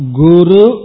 guru